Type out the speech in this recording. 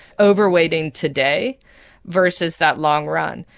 overweighting today versus that long run.